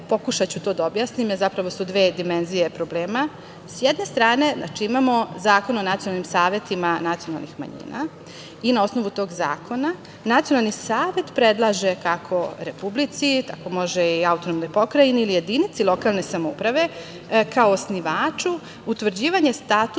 Pokušaću to da objasnim, jer zapravo su dve dimenzije problema.S jedne strane, imamo Zakon o nacionalnim savetima nacionalnih manjina i na osnovu tog zakona nacionalni savet predlaže kako Republici, tako može i AP ili jedinici lokalne samouprave kao osnivaču utvrđivanje statusa